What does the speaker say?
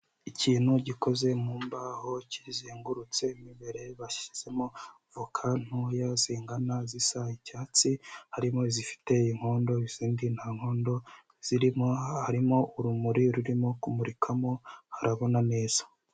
Ikintu gikoze mu mbaho kizengurutse mu imbere bashyizemo voka ntoya z'ingana zisa icyatsi, harimo izifite inkondo izindi nta nkondo zirimo harimo urumuri rurimo kumurikamo harabona neza.